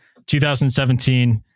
2017